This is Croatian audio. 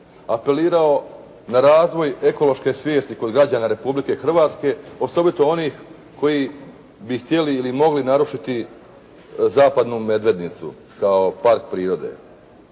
apelirao na razvoj ekološke svijesti kod građana Republike Hrvatske osobito onih koji bi htjeli ili mogli narušiti zapadnu Medvednicu kao park prirode.